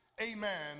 amen